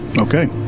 Okay